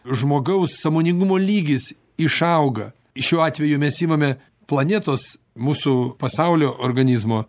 žmogaus sąmoningumo lygis išauga šiuo atveju mes imame planetos mūsų pasaulio organizmo